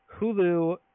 Hulu